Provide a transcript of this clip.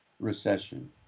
Recession